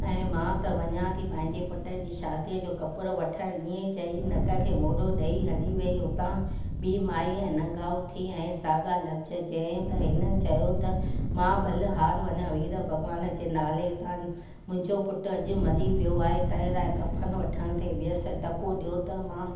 ऐं मां त वञा थी पंहिंजे पुट जी शादीअ जो कपिड़ो वठणु ईअं चई नक खे मोड़ो ॾेई हली वई उतां ॿी माई लंगाऊ थी ऐं साॻा लफ़्ज़ चयईं त इन्हनि चयो त मां ॿलिहार वञा वीरल भॻवान जे नाले तां मुंहिंजो पुटु अॼु मरी वियो आहे तंहिं लाइ कफ़न वठणु पई वियसि टको ॾियो त मां